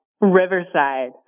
Riverside